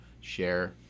share